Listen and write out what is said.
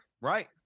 right